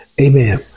Amen